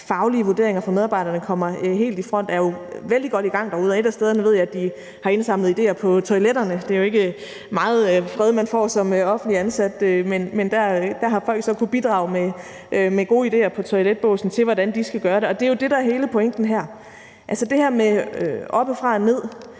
faglige vurderinger fra medarbejderne kommer helt i front, er jo vældig godt i gang derude. Og et af stederne ved jeg at de har indsamlet idéer på toiletterne – det er jo ikke meget fred, man får som offentligt ansat. Men dér har folk så kunnet bidrage med gode idéer på toiletbåsen til, hvordan de skal gøre det. Og det er jo det, der er hele pointen her. Altså, i forhold til det her med oppefra og ned